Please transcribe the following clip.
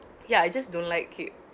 ya I just don't like it